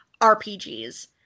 RPGs